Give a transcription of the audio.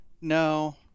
No